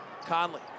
Conley